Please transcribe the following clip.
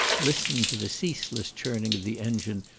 listening to the ceaseless churning of the engine,